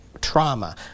trauma